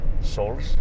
souls